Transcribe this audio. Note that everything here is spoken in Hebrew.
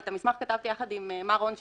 המסמך כתבתי יחד עם מר רון שמיר,